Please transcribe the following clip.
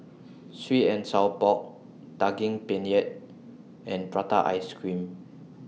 Sweet and Sour Pork Daging Penyet and Prata Ice Cream